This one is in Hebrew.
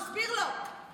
תסביר לו.